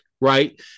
right